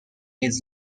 his